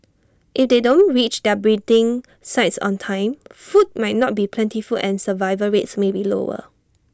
if they don't reach their breeding sites on time food might not be plentiful and survival rates may be lower